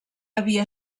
havia